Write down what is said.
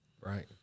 Right